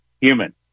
human